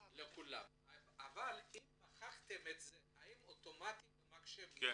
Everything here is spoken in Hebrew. אבל אם מחקתם האם אוטומטית במחשב זה מעודכן?